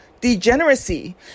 degeneracy